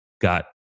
got